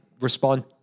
respond